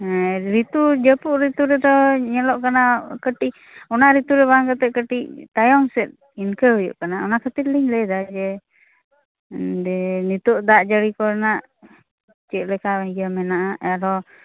ᱦᱮᱸ ᱨᱤᱛᱩ ᱡᱟ ᱯᱩᱫ ᱨᱤᱛᱩ ᱨᱮᱫᱚ ᱧᱮᱞᱚᱜ ᱠᱟᱱᱟ ᱠᱟ ᱴᱤᱡ ᱚᱱᱟ ᱨᱤᱛᱩ ᱨᱮ ᱵᱟᱝ ᱠᱟᱛᱮᱫ ᱠᱟ ᱴᱤᱡ ᱛᱟᱭᱚᱢᱥᱮᱫ ᱤᱱᱠᱟ ᱦᱩᱭᱩᱜ ᱠᱟᱱᱟ ᱚᱱᱟ ᱠᱷᱟ ᱛᱤᱨ ᱞᱤᱧ ᱞᱟ ᱭᱮᱫᱟ ᱡᱮ ᱩᱸ ᱡᱮ ᱱᱤᱛᱳᱜ ᱫᱟᱜ ᱡᱟ ᱲᱤ ᱠᱚᱨᱮᱱᱟᱜ ᱪᱮᱫᱞᱮᱠᱟ ᱤᱭᱟ ᱢᱮᱱᱟᱜᱼᱟ ᱟᱨᱦᱚᱸ